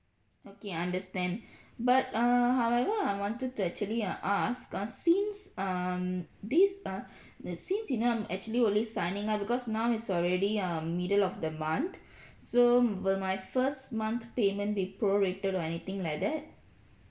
okay I understand but err however I wanted to actually uh ask uh since um this uh uh since you know I'm actually only signing up because now is already um middle of the month so will my first month payment be pro-rated or anything like that